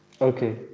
Okay